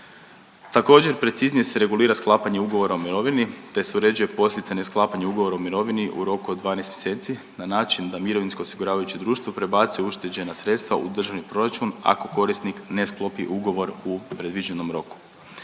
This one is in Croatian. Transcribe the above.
Također preciznije se regulira sklapanje ugovora o mirovini, te se uređuje posljedice nesklapanja ugovora o mirovini u roku od 12 mjeseci na način da mirovinsko osiguravajuće društvo prebacuje ušteđena sredstva u Državni proračun ako korisnik ne sklopi ugovor u predviđenom roku.